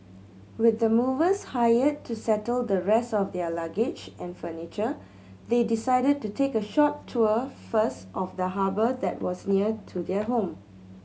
with the movers hired to settle the rest of their luggage and furniture they decided to take a short tour first of the harbour that was near to their home